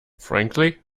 frankly